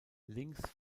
links